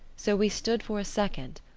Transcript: so we stood for a second,